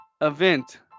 event